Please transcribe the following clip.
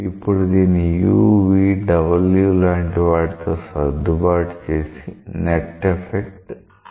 ఇప్పుడు దీన్ని u v w లాంటి వాటితో సర్దుబాటు చేసి నెట్ ఎఫెక్ట్ 0 చెయ్యొచ్చు